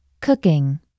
Cooking